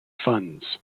funds